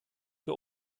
für